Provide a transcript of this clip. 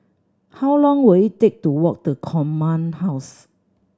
how long will it take to walk to Command House